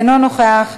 אינו נוכח.